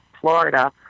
Florida